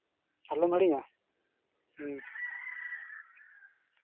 ᱟᱞᱚᱢ ᱦᱤᱲᱤᱧᱟ ᱦᱩᱸ